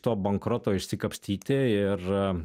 to bankroto išsikapstyti ir